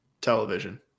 television